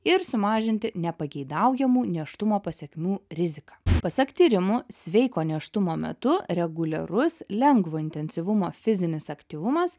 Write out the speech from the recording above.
ir sumažinti nepageidaujamų nėštumo pasekmių riziką pasak tyrimų sveiko nėštumo metu reguliarus lengvo intensyvumo fizinis aktyvumas